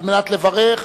על מנת לברך.